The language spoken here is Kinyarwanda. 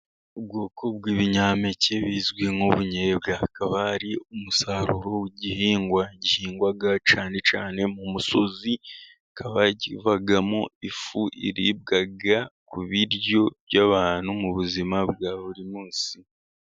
Ubwoko bw'ibinyampeke bizwi nk'ubunyobwa, hakaba hari umusaruro w'igihingwa gihingwa cyane cyane mu musozi, kikaba kivamo ifu iribwa ku biryo by'abantu mu buzima bwa buri munsi.